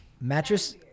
Mattress